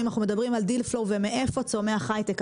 אם אנחנו מדברים על Deal Flow ומאיפה צומח הייטק,